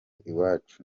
iwacu